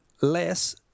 less